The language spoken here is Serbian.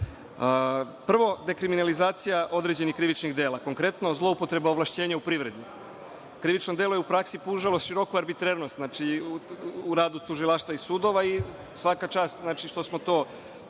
redu. Prvo, dekriminalizacija određenih krivičnih dela, konkretno zloupotreba ovlašćenja u privredi. Krivično delo je u praksi pružalo široku arbitrarnost u radu tužilaštva i sudova i svaka čast što smo to